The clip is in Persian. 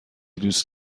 دوست